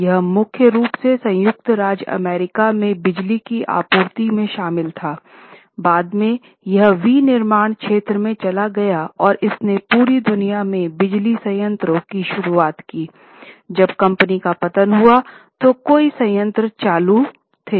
यह मुख्य रूप से संयुक्त राज्य अमेरिका में बिजली की आपूर्ति में शामिल था बाद में यह विनिर्माण क्षेत्र में चला गया और इसने पूरी दुनिया में बिजली संयंत्रों की शुरुआत की जब कंपनी का पतन हुआ तो कई संयंत्र चालू थे